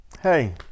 hey